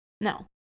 No